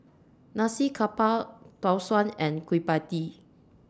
Nasi Campur Tau Suan and Kueh PIE Tee